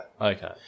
Okay